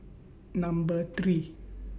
Number three